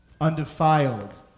undefiled